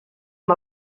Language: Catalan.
amb